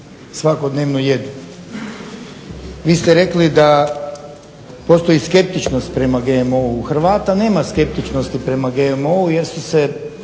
svakodnevno jedu. Vi ste rekli da postoji skeptičnost o GMO-u. u Hrvata nema skeptičnosti prema GMO-u jer su se